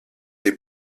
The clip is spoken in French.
des